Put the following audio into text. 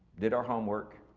did our homework,